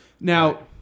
Now